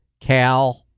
Cal